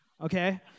okay